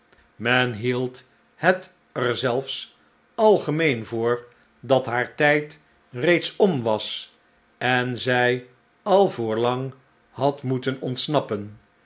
men hield het er zelfs algemeen voor dat haar tijd reeds om was en zij al voorlang had moeten ontsnappen